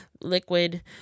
liquid